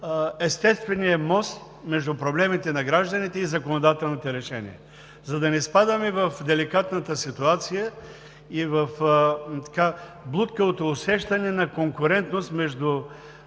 естествения мост между проблемите на гражданите и законодателните решения, за да не изпадаме в деликатната ситуация и в блудкавото усещане на конкурентност между правата